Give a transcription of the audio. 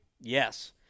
Yes